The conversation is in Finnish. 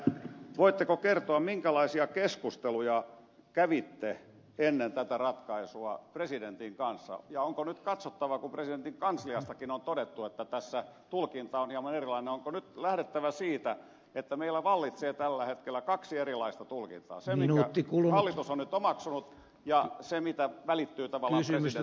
voitteko kertoa minkälaisia keskusteluja kävitte ennen tätä ratkaisua presidentin kanssa ja onko nyt katsottava kun presidentin kansliastakin on todettu että tässä tulkinta on hieman erilainen onko nyt lähdettävä siitä että meillä vallitsee tällä hetkellä kaksi erilaista tulkintaa se minkä hallitus on nyt omaksunut ja se mitä välittyy tavallaan presidentin kansliasta